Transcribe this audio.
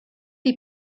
die